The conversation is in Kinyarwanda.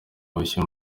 bushya